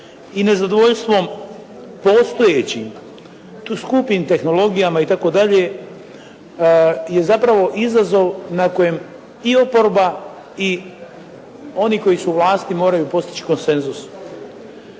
i nezadovoljstvom postojećih. Tu skupim tehnologijama itd. je zapravo izazova na kojem i oporba i oni koji su na vlasti moraju postići konsenzus.